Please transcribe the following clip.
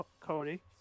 Cody